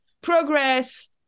progress